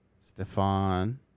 Stefan